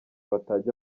batajya